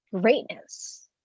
greatness